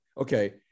Okay